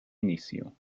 inicio